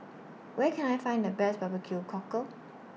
Where Can I Find The Best Barbecue Cockle